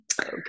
Okay